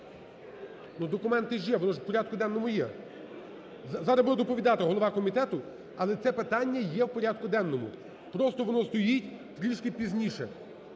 документи ж є, воно ж у порядку денному є. Зараз буде доповідати голова комітету, але це питання є у порядку денному, просто воно стоїть трошки пізніше.